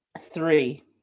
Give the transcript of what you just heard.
Three